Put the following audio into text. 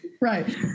Right